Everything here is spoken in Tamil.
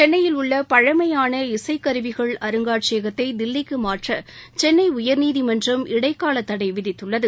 சென்னையில் உள்ள பழமையான இசைக்கருவிகள் அருங்காட்சியகத்தை தில்லிக்கு மாற்ற சென்னை உயர்நீதிமன்றம் இடைக்கால தடை விதித்துள்ளது